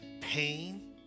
pain